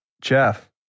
Jeff